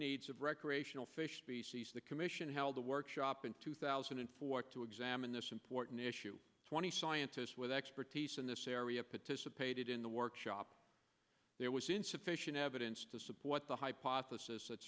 needs of recreational fish species the commission held a workshop in two thousand and four to examine this important issue twenty scientists with expertise in this area potential pated in the workshop there was insufficient evidence to support the hypothesis